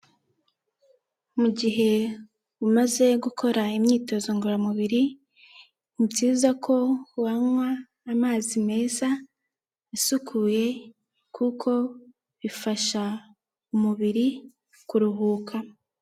Mu gihe umaze gukora imyitozo ngororamubiri, ni nziza ko wanywa amazi meza isukuye, kuko bifasha umubiri kuruhuka.